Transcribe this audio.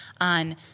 on